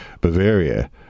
Bavaria